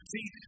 See